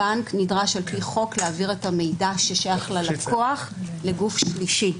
הבנק נדרש על פי חוק להעביר את המידע ששייך ללקוח לגוף שלישי.